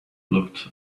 looked